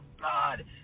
god